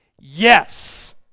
Yes